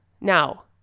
Now